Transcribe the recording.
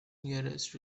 nearest